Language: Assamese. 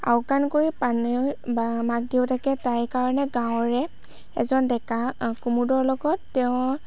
আওকাণ কৰি পানেইৰ মাক দেউতাকে তাইৰ কাৰণে গাঁৱৰে এজন ডেকা কুমুদৰ লগত তেওঁৰ